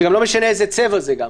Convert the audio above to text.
זה גם לא משנה איזה צבע זה גם.